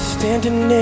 Standing